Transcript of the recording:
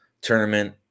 tournament